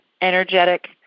energetic